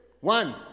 One